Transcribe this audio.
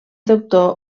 doctor